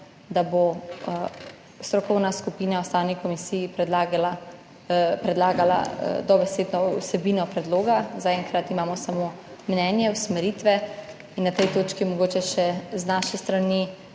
da bo strokovna skupina Ustavni komisiji predlagala dobesedno vsebino predloga, zaenkrat imamo samo mnenje, usmeritve. Na tej točki mogoče še z naše strani,